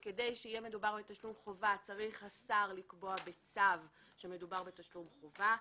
שכדי שיהיה מדובר בתשלום חובה צריך השר לקבוע בצו שמדובר בתשלום חובה.